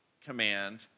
command